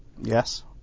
Yes